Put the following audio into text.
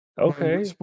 Okay